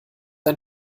ein